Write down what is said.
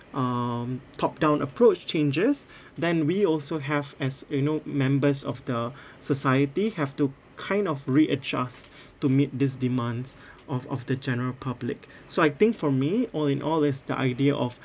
um top-down approach changes then we also have as you know members of the society have to kind of re-adjust to meet these demands of of the general public so I think from me all in all is the idea of